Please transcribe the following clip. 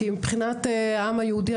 כי מבחינת העם היהודי,